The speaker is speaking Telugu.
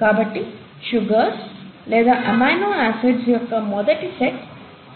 కాబట్టి సుగర్స్ లేదా అమైనో ఆసిడ్స్ యొక్క మొదటి సెట్